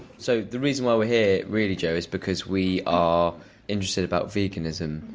so the reason why we're here really jo is because we are interested about veganism.